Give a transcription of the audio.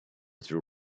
threw